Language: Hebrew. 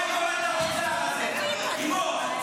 ככה היא קוראת לרוצח הזה, גיבור.